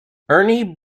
ernie